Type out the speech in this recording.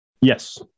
Yes